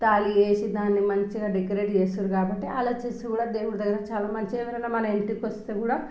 తాళి వేసి దాన్ని మంచిగా డెకరేట్ చేస్తుర్రు కాబట్టి అలా చేస్తే కూడా దేవుడి దగ్గర కూడా చాలా మంచిగా మన ఇంటికి వస్తే కూడా